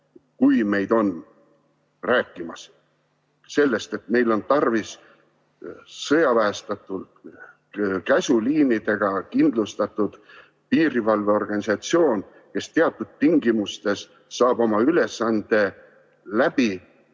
kui meid on rääkimas – sellest, et meil on tarvis sõjaväestatud, käsuliinidega kindlustatud piirivalveorganisatsiooni, kes teatud tingimustes saab oma ülesande